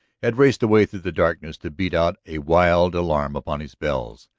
had raced away through the darkness to beat out a wild alarm upon his bells.